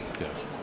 Yes